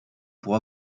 pour